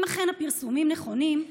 אם אכן הפרסומים נכונים,